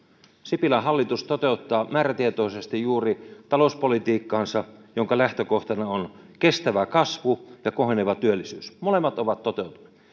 sipilän hallitus toteuttaa määrätietoisesti juuri talouspolitiikkaansa jonka lähtökohtana on kestävä kasvu ja koheneva työllisyys molemmat ovat toteutuneet